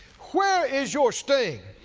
where is your sting?